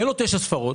אין לו תשע ספרות,